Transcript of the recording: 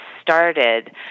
started